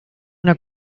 una